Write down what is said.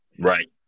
Right